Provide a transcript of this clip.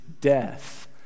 death